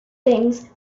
things